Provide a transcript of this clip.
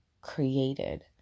created